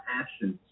actions